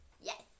Yes